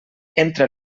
entra